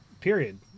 Period